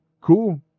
cool